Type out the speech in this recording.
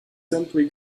simply